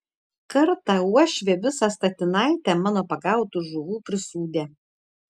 kartą uošvė visą statinaitę mano pagautų žuvų prisūdė